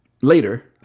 Later